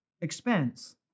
expense